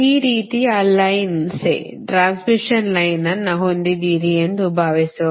ಈ ರೀತಿಯ line say transmission line ಅನ್ನು ಹೊಂದಿದ್ದೀರಿ ಎಂದು ಭಾವಿಸೋಣ